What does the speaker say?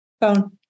phone